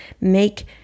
make